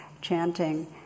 chanting